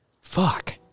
Fuck